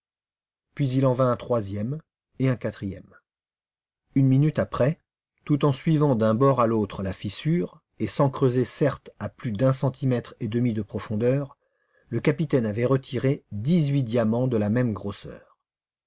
puis il en vint un troisième et un quatrième une minute après tout en suivant d'un bord à l'autre la fissure et sans creuser certes à plus d'un centimètre et demi de profondeur le capitaine avait retiré dix-huit diamants de la même grosseur